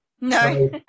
No